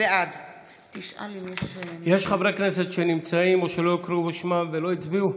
בעד יש חברי כנסת שנמצאים או שלא הקריאו בשמם ולא הצביעו?